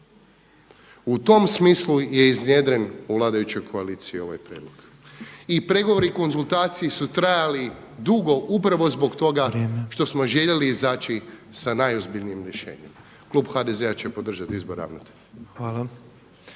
U tom smislu je iznjedren u vladajućoj koaliciji ovaj prijedlog. I pregovori i konzultacije su trajali dugo upravo zbog toga što smo željeli izaći sa najozbiljnijim rješenjem. Klub HDZ-a će podržati izbor ravnatelja.